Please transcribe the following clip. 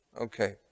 Okay